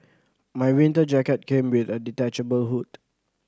my winter jacket came with a detachable hood